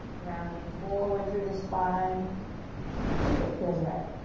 rounding forward through the spine if it feels right.